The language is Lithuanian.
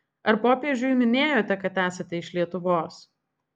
ar popiežiui minėjote kad esate iš lietuvos